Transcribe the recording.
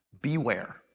Beware